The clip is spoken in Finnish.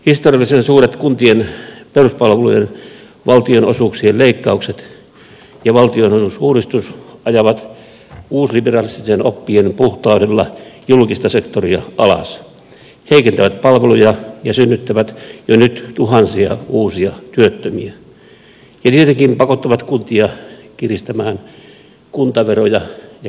historiallisen suuret kuntien peruspalveluiden valtionosuuksien leikkaukset ja valtionosuusuudistus ajavat uusliberalististen oppien puhtaudella julkista sektoria alas heikentävät palveluja ja synnyttävät jo nyt tuhansia uusia työttömiä ja tietenkin pakottavat kuntia kiristämään kuntaveroja ja kurittamaan pienituloisia